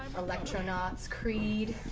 electronauts, creed,